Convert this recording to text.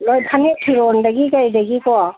ꯂꯣꯏ ꯐꯅꯦꯛ ꯐꯤꯔꯣꯟꯗꯒꯤ ꯀꯩꯗꯒꯤꯀꯣ